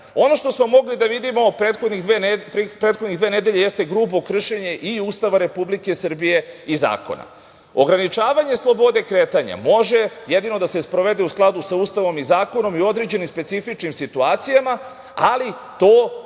što smo mogli da vidimo u prethodnih dve nedelje jeste grubo kršenje i Ustava Republike Srbije i zakona. Ograničavanje slobode kretanja može jedino da se sprovede u skladu sa Ustavom i zakonom i u određenim specifičnim situacijama, ali to ne